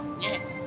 Yes